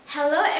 Hello